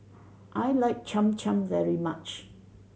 I like Cham Cham very much